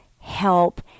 help